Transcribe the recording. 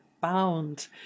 bound